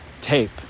tape